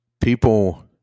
people